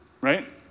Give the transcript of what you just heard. right